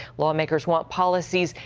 lawmakers want policies,